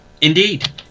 Indeed